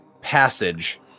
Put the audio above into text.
passage